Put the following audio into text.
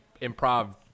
improv